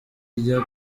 ijya